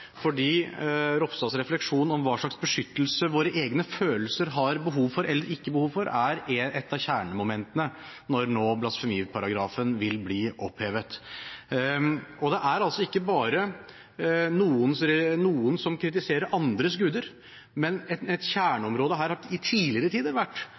fordi hans refleksjoner rundt hva slags beskyttelse våre egne følelser har behov for eller ikke, er et av kjernemomentene når blasfemiparagrafen nå vil bli opphevet. Dette handler ikke bare om at noen kritiserer andres guder. Et kjerneområde knyttet til dette, har i tidligere tider vært